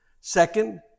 Second